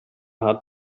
hat